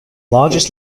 largest